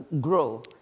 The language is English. grow